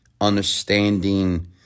understanding